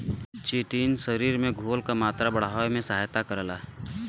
chitin शरीर में घोल क मात्रा बढ़ावे में सहायता करला